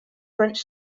french